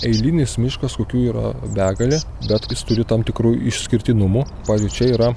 eilinis miškas kokių yra begalė bet jis turi tam tikrų išskirtinumų pavyzdžiui čia yra